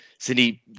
Cindy